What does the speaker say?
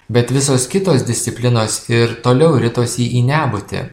bet visos kitos disciplinos ir toliau ritosi į nebūtį